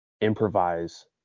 improvise